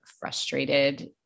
frustrated